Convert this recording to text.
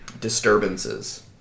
disturbances